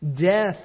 Death